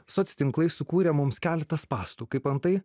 soc tinklai sukūrė mums keletą spąstų kaip antai